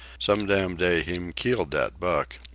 some dam day heem keel dat buck.